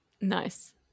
nice